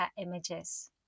images